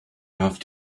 have